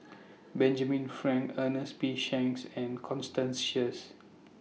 Benjamin Frank Ernest P Shanks and Constance Sheares